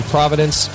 Providence